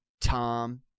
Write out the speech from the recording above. Tom